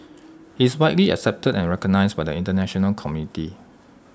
he is widely accepted and recognised by the International community